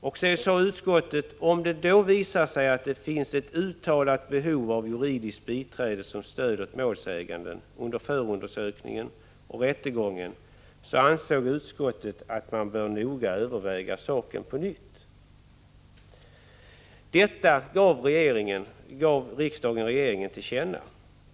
Utskottet sade att om det visar sig att det finns ett uttalat behov av juridiskt biträde som stöder målsäganden under förundersökningen och rättegången bör man noga överväga saken på nytt. Detta gav riksdagen regeringen till känna.